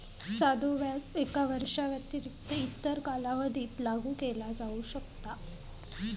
साधो व्याज एका वर्षाव्यतिरिक्त इतर कालावधीत लागू केला जाऊ शकता